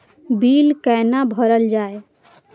Bill कैना भरल जाय?